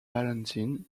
valentin